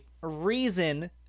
reason